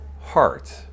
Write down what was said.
heart